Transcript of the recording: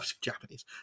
Japanese